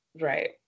Right